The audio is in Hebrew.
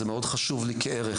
זה מאוד חשוב לי כערך.